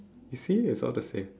you see it's all the same